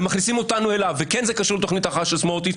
אתם מכניסים אותנו אליו וזה כן קשור לתוכנית ההכרעה של סמוטריץ',